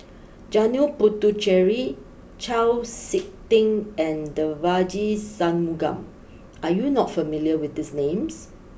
Janil Puthucheary Chau Sik Ting and Devagi Sanmugam are you not familiar with these names